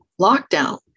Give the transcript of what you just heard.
lockdown